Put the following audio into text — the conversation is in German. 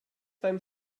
beim